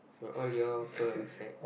for all your perfect